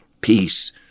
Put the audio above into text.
Peace